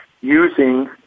using